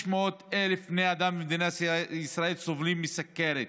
600,000 בני אדם במדינת ישראל סובלים מסוכרת,